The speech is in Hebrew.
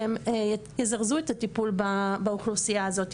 שהם יזרזו את הטיפול באוכלוסייה הזאת,